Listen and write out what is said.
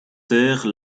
terre